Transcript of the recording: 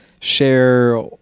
share